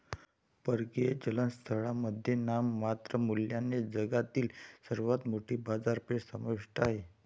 परकीय चलन स्थळांमध्ये नाममात्र मूल्याने जगातील सर्वात मोठी बाजारपेठ समाविष्ट आहे